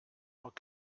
tant